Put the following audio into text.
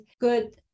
good